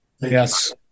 Yes